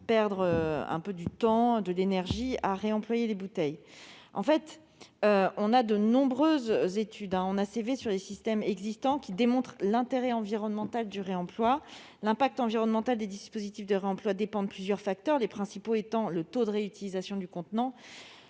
perdre du temps et de l'énergie à réemployer ces bouteilles ? En réalité, de nombreuses études démontrent l'intérêt environnemental du réemploi. L'impact environnemental des dispositifs de réemploi dépend de plusieurs facteurs, les principaux étant le taux de réutilisation du contenant,